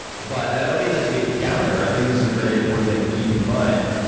but i don't mean that to be a downer, i think this is a very important thing to keep in mind.